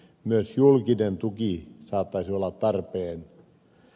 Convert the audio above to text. myös julkinen tuki saattaisi olla tarpeen